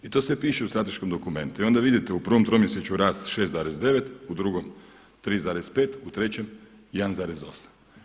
I to sve piše u strateškom dokumentu i onda vidite u prvom tromjesečju rast 6,9, u drugom 3,5 u trećem 1,8.